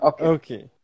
Okay